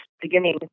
beginning